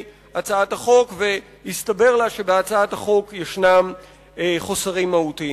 הצעת החוק והסתבר לה שבהצעת החוק ישנם חסרים מהותיים.